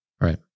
Right